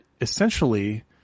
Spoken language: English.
essentially